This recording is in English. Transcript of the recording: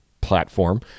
platform